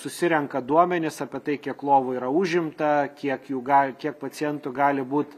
susirenka duomenis apie tai kiek lovų yra užimta kiek jų gali kiek pacientų gali būt